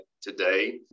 today